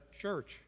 church